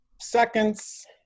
seconds